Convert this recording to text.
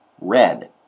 red